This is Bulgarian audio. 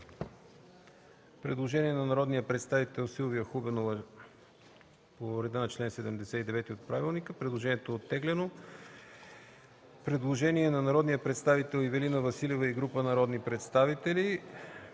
предложение на народния представител Силвия Хубенова по реда на чл. 79 от правилника. Предложението е оттеглено. Предложение на Ивелина Василева и група народни представители: